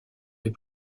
les